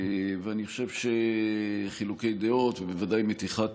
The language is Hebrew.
ואני חושב שחילוקי דעות ובוודאי מתיחת